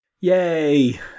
Yay